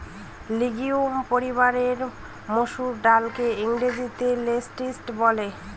legume পরিবারের মসুর ডালকে ইংরেজিতে লেন্টিল বলে